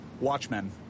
Watchmen